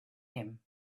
him